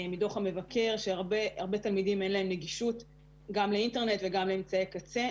מדו"ח המבקר שהרבה תלמידים אין להם נגישות גם לאינטרנט וגם לאמצעי קצה,